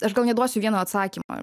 aš gal neduosiu vieno atsakymo